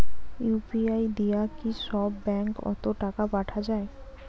UPI দিয়া কি সব ব্যাংক ওত টাকা পাঠা যায়?